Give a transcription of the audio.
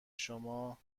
شما